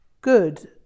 Good